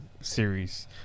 series